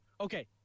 Okay